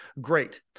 Great